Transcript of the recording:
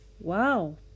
Wow